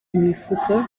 imifuka